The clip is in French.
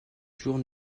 toujours